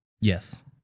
Yes